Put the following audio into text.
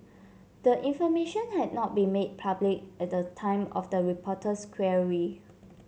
the information had not been made public at the time of the reporter's query